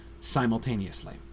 simultaneously